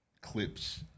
clips